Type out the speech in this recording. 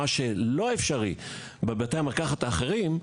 מה שלא אפשרי בבתי המרקחת האחרים,